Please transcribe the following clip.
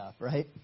Right